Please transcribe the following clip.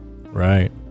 right